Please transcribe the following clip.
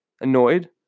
annoyed